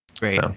great